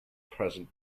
present